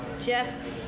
Jeff's